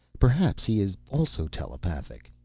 perhaps he is also telepathic.